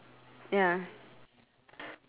ya have hat but he's not touching the saw at all